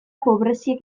pobreziak